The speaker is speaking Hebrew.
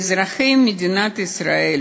ואזרחי מדינת ישראל